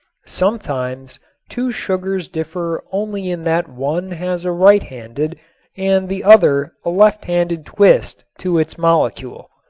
sometimes two sugars differ only in that one has a right-handed and the other a left-handed twist to its molecule.